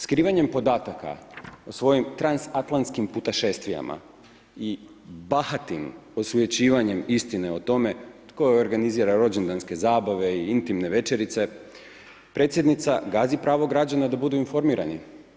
Skrivanjem podataka o svojim transatlantskim putešestvijima i bahatim osujećivanjem istine o tome tko joj organizira rođendanske zabave i intimne večerice, predsjednica gazi pravo građana da budu informirani.